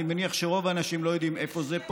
אני מניח שרוב האנשים פה לא יודעים איפה זה,